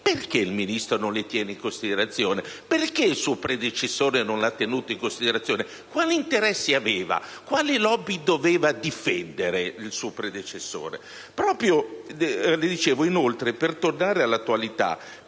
perché il Ministro non li tiene in considerazione? Perché il suo predecessore non li ha tenuti in considerazione? Quali interessi aveva? Quali *lobby* doveva difendere il suo predecessore?